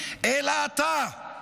אלא אתה.